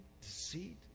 deceit